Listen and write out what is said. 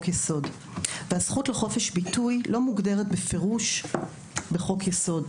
יסוד והזכות לחופש ביטוי לא מוגדרת בפירוש בחוק יסוד.